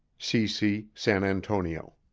cc san antonio